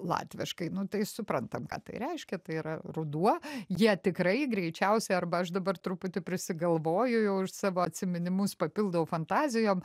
latviškai nu tai suprantam ką tai reiškia tai yra ruduo jie tikrai greičiausi arba aš dabar truputį prisigalvoju už savo atsiminimus papildau fantazijom